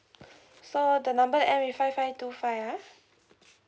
so the number end with five five two five ah